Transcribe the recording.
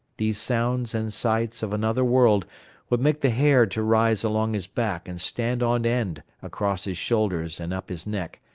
these sounds and sights of another world would make the hair to rise along his back and stand on end across his shoulders and up his neck,